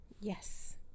Yes